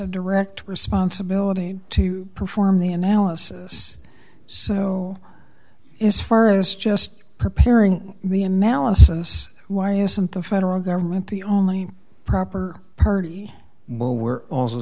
a direct responsibility to perform the analysis so is fur is just preparing me a melon since why isn't the federal government the only proper party well we're also